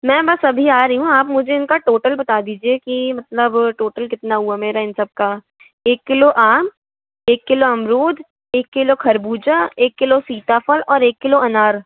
मैं बस अभी आ रही हूँ आप मुझे इनका टोटल बता दीजिए की मतलब टोटल कितना हुआ मेरा इन सब का एक किलो आम एक किलो अमरूद एक किलो खरबूजा एक किलो सीताफल और एक किलो अनार